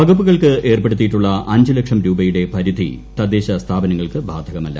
വകുപ്പുകൾക്ക് ഏർപ്പെടുത്തിയിട്ടുള്ള ലക്ഷം രൂപയുടെ പരിധി തദ്ദേശസ്ഥാപനങ്ങൾക്ക് ബാധകമല്ല